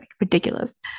ridiculous